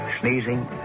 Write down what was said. Sneezing